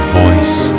voice